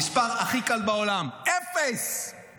המספר הכי קל בעולם: אפס.